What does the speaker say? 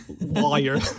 wire